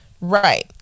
Right